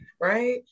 right